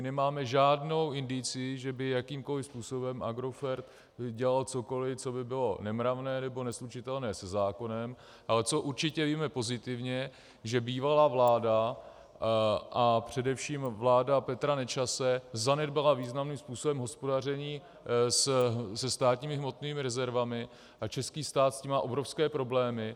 Nemáme žádnou indicii, že by jakýmkoliv způsobem Agrofert dělal cokoliv, co by bylo nemravné nebo neslučitelné se zákonem, ale co určitě víme pozitivně, že bývalá vláda, a především vláda Petra Nečase, zanedbala významným způsobem hospodaření se státními hmotnými rezervami a český stát s tím má obrovské problémy.